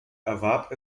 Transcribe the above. erwarb